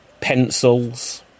pencils